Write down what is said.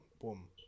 Boom